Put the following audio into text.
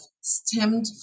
stemmed